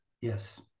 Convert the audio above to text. Yes